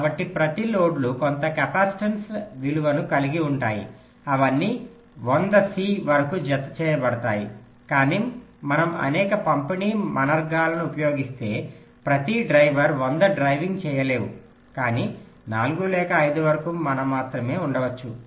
కాబట్టి ప్రతి లోడ్లు కొంత కెపాసిటెన్స్ విలువను కలిగి ఉంటాయి అవన్నీ 100 సి వరకు జతచేయబడతాయి కాని మనం అనేక పంపిణీ మనర్గాలను ఉపయోగిస్తే ప్రతి డ్రైవర్ 100 డ్రైవింగ్ చేయలేవు కానీ 4 లేదా 5 వరకు మనత్రమే ఉండవచ్చు